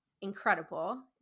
incredible